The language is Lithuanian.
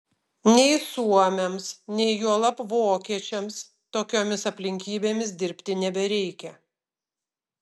nei suomiams nei juolab vokiečiams tokiomis aplinkybėmis dirbti nebereikia